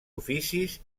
oficis